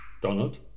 Donald